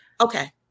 Okay